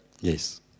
Yes